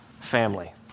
family